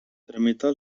tramitar